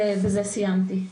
בזה סיימתי.